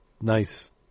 nice